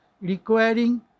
requiring